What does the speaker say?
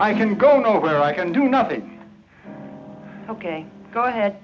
i can go where i can do nothing ok go ahead